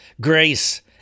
grace